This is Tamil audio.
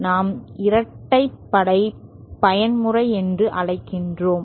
நாம் இரட்டைப்படை பயன்முறை என்று அழைக்கிறோம்